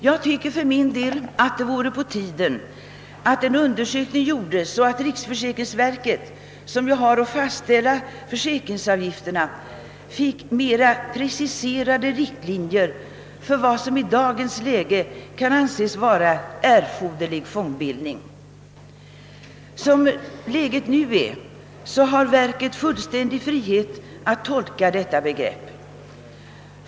Jag tycker för min del att det vore på tiden att en undersökning genomfördes för att ge riksförsäkringsverket, som ju har att fastställa försäkringsavgifterna, mera preciserade riktlinjer för vad som i dagens läge kan anses vara erforderlig fondbildning. Såsom läget nu är har verket fullständig frihet att tolka detta begrepp.